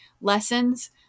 lessons